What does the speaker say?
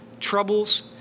troubles